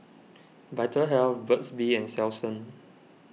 Vitahealth Burt's Bee and Selsun